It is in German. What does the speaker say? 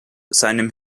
seinem